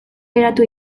geratu